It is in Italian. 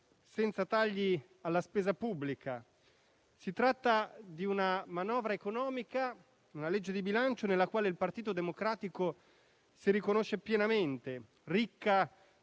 senza tagli alla spesa pubblica. Si tratta di una legge di bilancio nella quale il Partito Democratico si riconosce pienamente, ricca